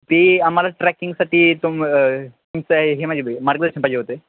ती आम्हाला ट्रॅकिंगसाठी तुम तुमचं हे मार्गदर्शन पाहिजे होते